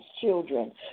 children